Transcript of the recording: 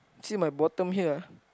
see my bottom here